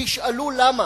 תשאלו למה.